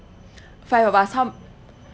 five of us how